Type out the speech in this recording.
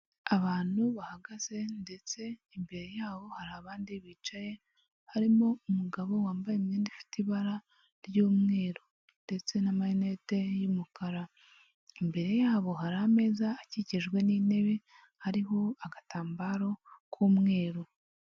Abantu bahagaze ndetse imbere yabo hari abandi bicaye, harimo umugabo wambaye imyenda ifite ibara ry'umweru ndetse n'amarinete y'umukara, imbere yabo hari ameza akikijwe n'intebe, hariho agatambaro k'umweru.